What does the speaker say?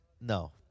No